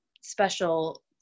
special